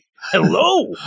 hello